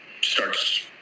starts